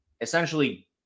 essentially